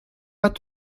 pas